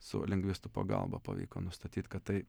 su lingvistų pagalba pavyko nustatyt kad tai